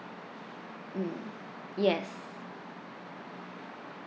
mm yes